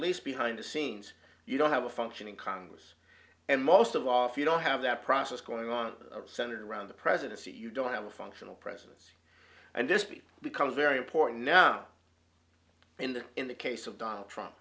least behind the scenes you don't have a functioning congress and most of all if you don't have that process going on centered around the presidency you don't have a functional presence and this people become very important now in the in the case of donald trump